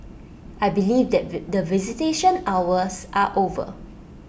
I believe that the visitation hours are over